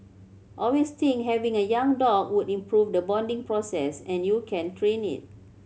always think having a young dog would improve the bonding process and you can train it